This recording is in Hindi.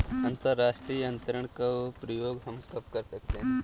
अंतर्राष्ट्रीय अंतरण का प्रयोग हम कब कर सकते हैं?